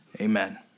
amen